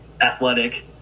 athletic